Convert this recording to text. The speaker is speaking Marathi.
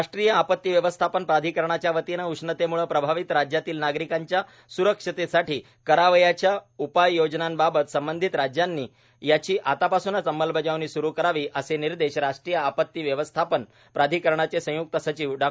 राष्ट्रीय आपत्ती व्यवस्थापन प्राधिकरणच्या वतीनं उष्णतेमळे प्रभावित राज्यातील नागरिकांच्या स्रक्षतेसाठी करावयाच्या उपाययोजनांबाबत संबंधित राज्यांनी याची आतापासूनच अंमलबजावणी स्रु करावी असे निर्देश राष्ट्रीय आपत्ती व्यवस्थापन प्राधिकरणचे संय्क्त सचिव डॉ